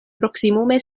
proksimume